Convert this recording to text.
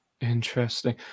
interesting